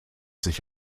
sich